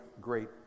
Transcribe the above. great